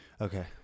Okay